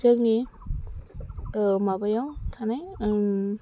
जोंनि माबायाव थानाय